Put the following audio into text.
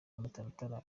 amataratara